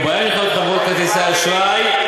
ובו נכללות חברות כרטיסי האשראי,